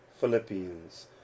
Philippians